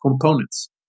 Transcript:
components